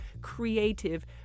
creative